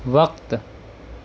وقت